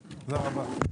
רבה.